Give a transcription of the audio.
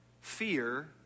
Fear